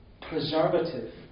preservative